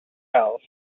else